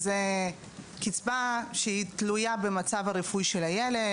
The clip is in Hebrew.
זאת קצבה שתלויה במצב הרפואי של הילד,